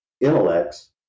intellects